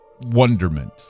wonderment